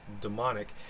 demonic